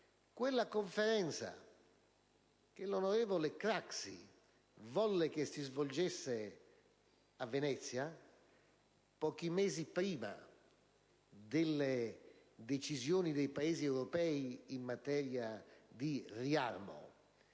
quella conferenza che l'onorevole Craxi volle si svolgesse a Venezia pochi mesi prima delle decisioni dei Paesi europei in materia di riarmo.